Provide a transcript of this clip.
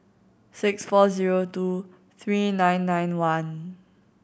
six four zero two three nine nine one